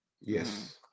Yes